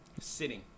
sitting